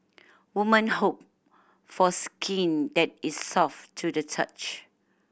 woman hope for skin that is soft to the touch